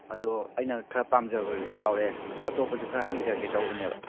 ꯑꯗꯣ ꯑꯩꯅ ꯈꯔ ꯄꯥꯝꯖꯕꯁꯨ ꯌꯥꯎꯔꯦ ꯑꯗꯣ ꯑꯇꯣꯞꯄꯁꯨ ꯈꯔ ꯍꯪꯖꯒꯦ ꯇꯧꯕꯅꯦꯕ